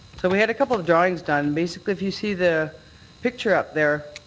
so we had a couple of drawings done. basically if you see the picture up there,